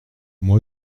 moi